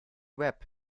web